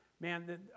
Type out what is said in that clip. Man